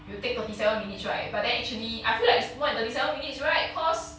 you take thirty seven minutes right but then actually I feel like it's more than thirty seven minutes right cause